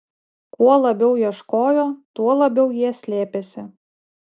kuo labiau ieškojo tuo labiau jie slėpėsi